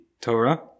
Torah